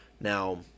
Now